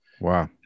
wow